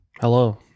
hello